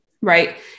Right